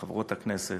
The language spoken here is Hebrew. חברות הכנסת,